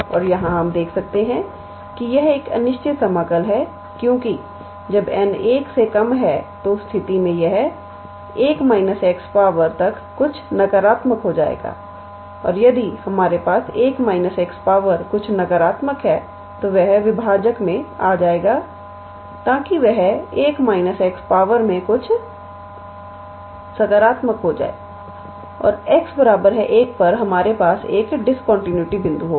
और यहाँ हम देख सकते हैं कि यह एक अनिश्चित समाकल है क्योंकि जब n 1 है तो उस स्थिति में यह पावर तक कुछ नकारात्मक हो जाएगा और यदि हमारे पास 1 𝑥 पावर कुछ नकारात्मक है तो वह विभाजक में आ जाएगा ताकि वह पावर में कुछ सकारात्मक हो जाए और x 1 पर हमारे पास एक डिस्कंटीन्यूटी बिंदु होगा